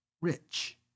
Rich